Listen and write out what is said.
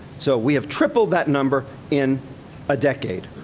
so, we have tripled that number in a decade.